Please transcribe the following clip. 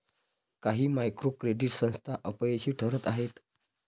काही micro credit संस्था अपयशी ठरत आहेत